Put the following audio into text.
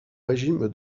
régime